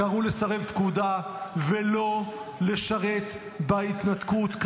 קראו לסרב פקודה ולא לשרת בהתנתקות.